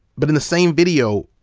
but in the same video,